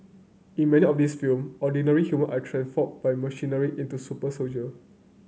in many of these film ordinary human are transformed by machinery into super soldier